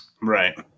Right